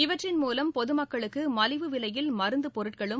இவற்றின் மூலம் பொதுமக்களுக்கு மலிவு விலையில் மருந்துப் பொருட்களும்